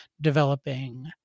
developing